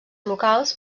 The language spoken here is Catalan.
locals